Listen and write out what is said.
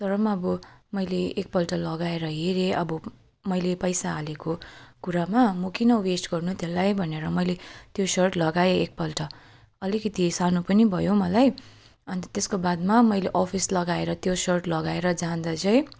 तर पनि अब मैले एकपल्ट लगाएर हेरेँ अब मैले पैसा हालेको कुरामा म किन वेस्ट गर्नु त्यसलाई भनेर मैले त्यो सर्ट लगाएँ एकपल्ट अलिकति सानो पनि भयो मलाई अन्त त्यसको बादमा मैले अफिस लगाएर त्यो सर्ट लगाएर जाँदा चाहिँ